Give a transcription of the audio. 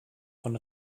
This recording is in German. von